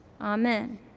Amen